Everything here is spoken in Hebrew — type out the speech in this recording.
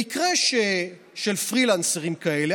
במקרה של פרילנסרים כאלה,